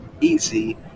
easy